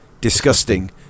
Disgusting